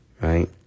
right